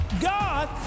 God